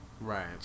Right